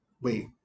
wait